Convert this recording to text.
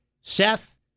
Seth